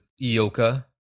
Ioka